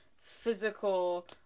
physical